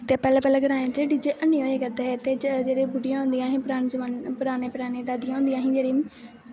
ते पैह्लें पैह्लें डी जे ग्राएं च ऐनी होए करदे हे ते जेह्ड़ी बुड्डियां होंदियां हां परानी परानी दादियां होंदियां हां जेह्ड़ियां